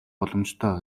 боломжтой